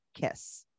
kiss